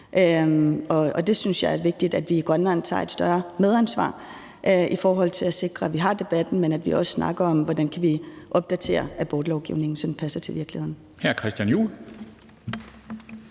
Der synes jeg, det er vigtigt, at vi i Grønland tager et større medansvar i forhold til at sikre, at vi har debatten, men at vi også snakker om, hvordan vi kan opdatere abortlovgivningen, så den passer til virkeligheden.